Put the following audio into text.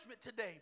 today